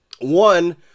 One